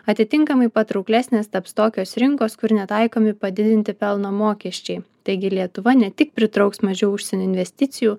atitinkamai patrauklesnės taps tokios rinkos kur netaikomi padidinti pelno mokesčiai taigi lietuva ne tik pritrauks mažiau užsienio investicijų